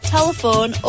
Telephone